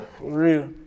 real